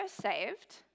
saved